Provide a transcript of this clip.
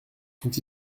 sont